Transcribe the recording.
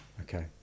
Okay